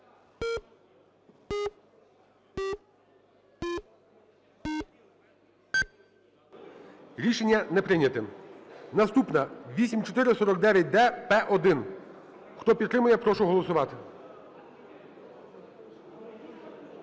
Рішення не прийнято. Наступна. 8449-д-П1. Хто підтримує, прошу голосувати.